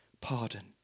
pardon